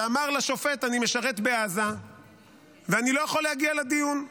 ואמר לשופט: אני משרת בעזה ואני לא יכול להגיע לדיון.